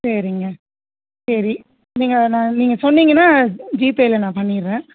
சரிங்க சரி நீங்கள் நான் நீங்கள் சொன்னிங்கன்னா ஜிபேவில நான் பண்ணிடுறேன்